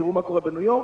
תראו מה קורה בניו יורק,